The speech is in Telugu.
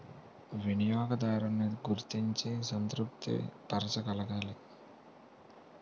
వినియోగదారున్ని గుర్తించి సంతృప్తి పరచగలగాలి